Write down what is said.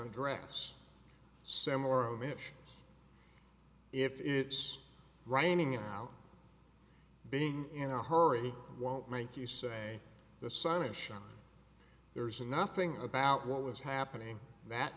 address similar image if it's running out being in a hurry won't make you say the sun is shining there's nothing about what was happening that